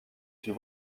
une